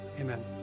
Amen